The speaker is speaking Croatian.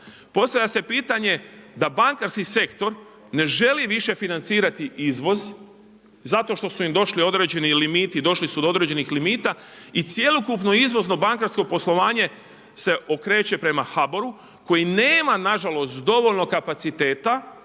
Postavlja se pitanje da bankarski sektor ne želi više financirati izvoz zato što su im došli određeni limiti, došli su do određenih limita i cjelokupno izvozno bankarsko poslovanje se okreće prema HBOR-u koji nema nažalost dovoljno kapaciteta